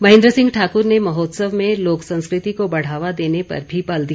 महेन्द्र सिंह ठाकुर ने महोत्सव में लोक संस्कृति को बढ़ावा देने पर भी बल दिया